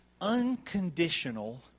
unconditional